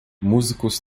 músicos